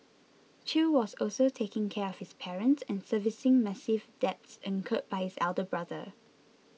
chew was also taking care of his parents and servicing massive debts incurred by his elder brother